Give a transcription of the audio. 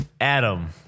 Adam